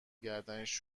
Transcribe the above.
گردنش